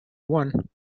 one